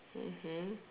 mmhmm